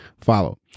follow